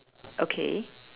okay